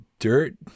Dirt